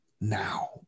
now